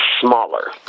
smaller